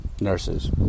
nurses